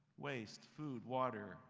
waste, food, water,